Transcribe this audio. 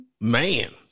Man